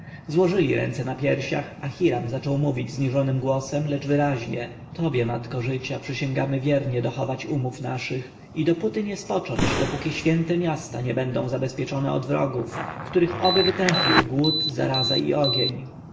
złożyli ręce na piersiach a hiram zaczął mówić zniżonym głosem lecz wyraźnie tobie matko życia przysięgamy wiernie dochować umów naszych i dopóty nie spocząć dopóki święte miasta nie będą zabezpieczone od wrogów których oby wytępił głód zaraza i ogień